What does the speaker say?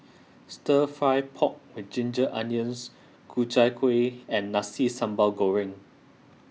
Stir Fry Pork with Ginger Onions Ku Chai Kueh and Nasi Sambal Goreng